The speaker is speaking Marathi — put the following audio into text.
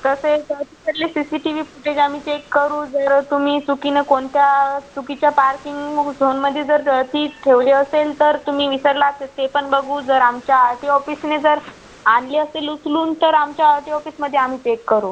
तसे गरज पडली C C T V footage आम्ही चेक करू जर तुम्ही चुकीने कोणत्या चुकीच्या पार्किंग झोन मध्ये जर ती ठेवली असेल तर तुम्ही विसरला असेल ते पण बघू जर आमच्या आर टी ओ ऑफिसने जर आणली असेल उचलून तर आमच्या आर टी ओ ऑफिसमध्ये आम्ही चेक करू